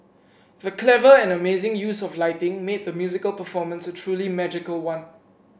the clever and amazing use of lighting made the musical performance a truly magical one